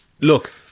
look